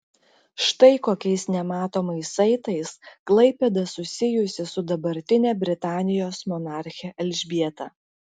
štai kokiais nematomais saitais klaipėda susijusi su dabartine britanijos monarche elžbieta